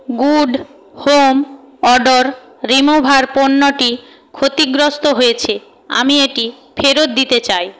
good home odour remover পণ্যটি ক্ষতিগ্রস্থ হয়েছে আমি এটি ফেরত দিতে চাই